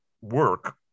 work